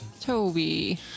Toby